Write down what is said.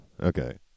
okay